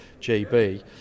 GB